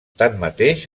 tanmateix